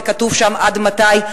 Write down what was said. וכתוב שם: עד מתי?